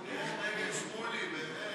שמולי לסעיף